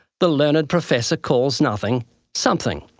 the learned professor calls nothing something.